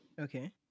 Okay